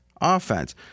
offense